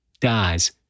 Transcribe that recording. dies